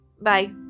Bye